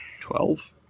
Twelve